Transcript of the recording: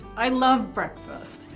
i love breakfast.